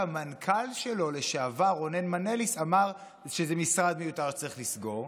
משרד שהמנכ"ל שלו לשעבר רונן מנליס אמר שזה משרד מיותר שצריך לסגור,